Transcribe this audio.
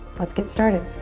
let's get started.